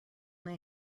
they